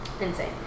Insane